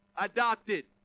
adopted